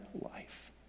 life